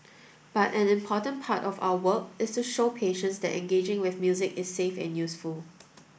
but an important part of our work is to show patients that engaging with music is safe and useful